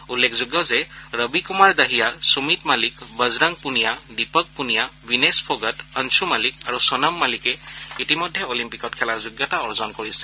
উল্লেখযোগ্য যে ৰবি কুমাৰ দাহিয়া সুমিত মলিক বজৰং পুনিয়া দীপক পুনিয়া ৱীনেশ ফোগট অঞ্চু মলিক আৰু সোনম মলিকে ইতিমধ্যে অলিম্পিকত খেলাৰ যোগ্যতা অৰ্জন কৰিছে